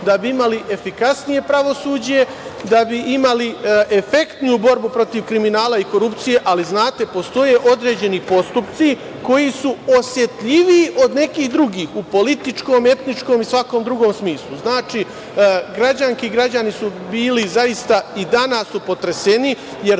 da bi imali efikasnije pravosuđe, da bi imali efektnu borbu protiv kriminala i korupcije. Ali, znate, postoje određeni postupci koji su osetljiviji od nekih drugih, u političkom, etničkom i svakom drugom smislu. Znači, građanke i građani su bili zaista, i danas su potreseni, jer